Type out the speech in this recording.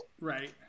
Right